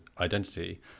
identity